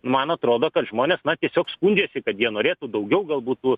man atrodo kad žmonės na tiesiog skundžiasi kad jie norėtų daugiau galbūt tų